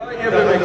הבא יהיה במקסיקו.